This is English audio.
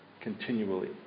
continually